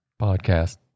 podcast